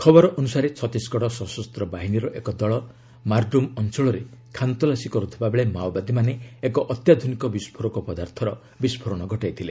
ଖବର ଅନୁସାରେ ଛତିଶଗଡ଼ ସଶସ୍ତ ବାହିନୀର ଏକ ଦଳ ମାର୍ଡ୍ରୁମ୍ ଅଞ୍ଚଳରେ ଖାନତଲାସୀ କରୁଥିବାବେଳେ ମାଓବାଦୀମାନେ ଏକ ଅତ୍ୟାଧୁନିକ ବିସ୍କୋରକ ପଦାର୍ଥର ବିସ୍କୋରଣ ଘଟାଇଥିଲେ